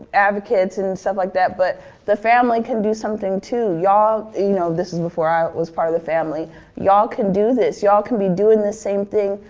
advocates and stuff like that. but the family can do something too. yeah ah you all, you know, this is before i was part of the family you all can do this, you all can be doing the same thing.